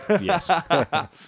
yes